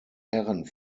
herren